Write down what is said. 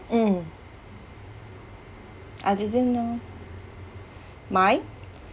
mm I didn't know mine